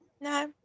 no